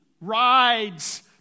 rides